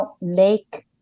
make